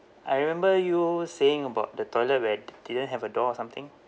I remember you saying about the toilet where it didn't have a door or something